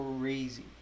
crazy